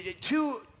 two